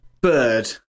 Bird